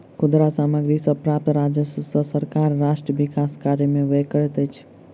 खुदरा सामग्री सॅ प्राप्त राजस्व सॅ सरकार राष्ट्र विकास कार्य में व्यय करैत अछि